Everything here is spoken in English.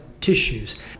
tissues